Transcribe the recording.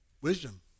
Wisdom